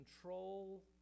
control